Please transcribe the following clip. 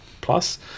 plus